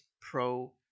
pro